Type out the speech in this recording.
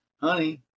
honey